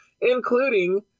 including